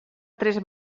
tres